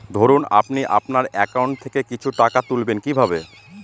ধরুন আপনি আপনার একাউন্ট থেকে কিছু টাকা তুলবেন কিভাবে?